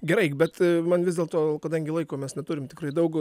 gerai bet man vis dėlto kadangi laiko mes neturim tikrai daug